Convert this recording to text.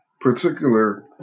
particular